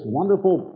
wonderful